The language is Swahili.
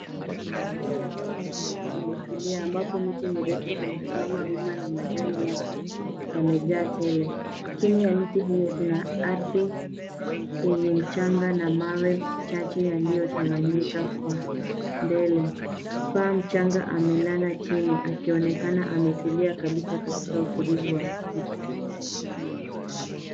Hali ya hewa msituni imetulia ambapo miti mirefu imesimama wima na majani yake yamejaa Tele. Chini ya miti hiyo kuna ardhi yenye mchanga na mawe machache yaliyo tawanyika Kwa mbele. Paa mchanga amelala chini akionekana ametulia kabisa katika utulivu wa msitu.